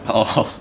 orh